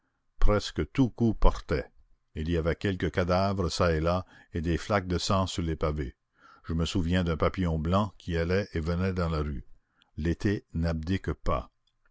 presque tout coup portait il y avait quelques cadavres çà et là et des flaques de sang sur les pavés je me souviens d'un papillon blanc qui allait et venait dans la rue l'été n'abdique pas